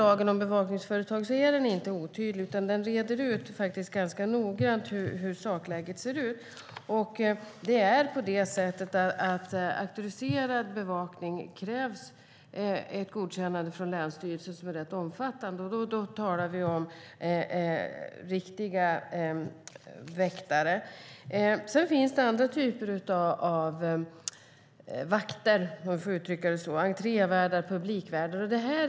Lagen om bevakningsföretag är inte otydlig. Den reder faktiskt ganska noga ut hur sakläget ser ut. För auktoriserad bevakning krävs ett ganska omfattande godkännande från länsstyrelsen. Då talar vi om riktiga väktare. Sedan finns det andra typer av vakter, om man får uttrycka det så: entrévärdar, publikvärdar och så vidare.